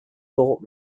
thought